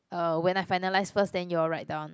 uh when I finalise first then you all write down